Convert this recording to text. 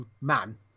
man